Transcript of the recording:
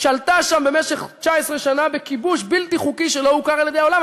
ושלטה שם במשך 19 שנה בכיבוש בלתי חוקי שלא הוכר על-ידי העולם.